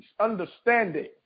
understanding